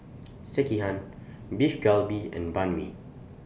Sekihan Beef Galbi and Banh MI